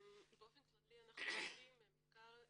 באופן כללי אנחנו --- על מחקר,